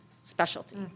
specialty